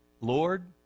Lord